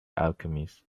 alchemist